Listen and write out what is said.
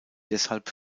deshalb